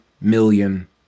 million